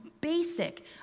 basic